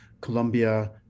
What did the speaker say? colombia